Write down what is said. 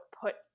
put